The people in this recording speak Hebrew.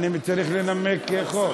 אני צריך לנמק חוק.